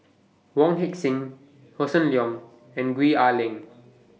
Wong Heck Sing Hossan Leong and Gwee Ah Leng